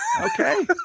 Okay